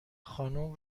خانم